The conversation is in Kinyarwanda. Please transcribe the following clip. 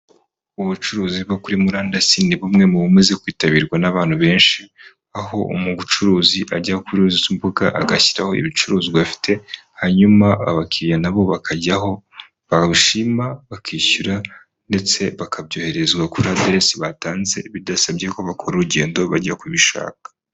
Ubucuruzi bwo kuri murandasi ni bumwe mu bamaze kwitabirwa n'abantu benshi, aho buri mu bucuruzi ajya kuza imbuga agashyiraho ibicuruzwa bafite, hanyuma abakiriya nabo bakajya aho bawushima bakishyura ndetse bakabyoherezwa kuri aderesi batanze bidasabye ko bakora urugendo bajya kubishaka.